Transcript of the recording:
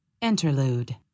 Interlude